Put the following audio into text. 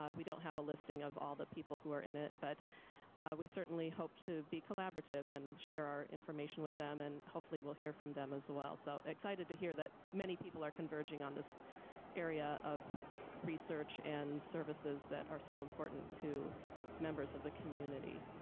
ah we don't have a listing of all the people who are in it, but we certainly hope to be collaborative and share our information with them and hopefully we'll hear from them as well, so excited to hear that many people are converging on this area of research and services that are so important to members of the community.